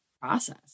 process